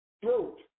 throat